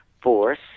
force